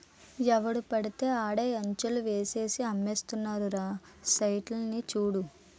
ఎవడు పెడితే ఆడే ఎంచర్లు ఏసేసి అమ్మేస్తున్నారురా సైట్లని చూడు